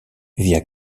via